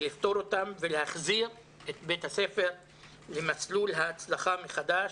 לפתור אותן ולהחזיר את בית הספר למסלול ההצלחה מחדש.